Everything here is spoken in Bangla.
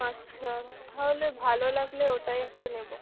আচ্ছা তাহলে ভালো লাগলে ওটাই একটা নেবো